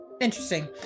Interesting